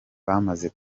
bamaze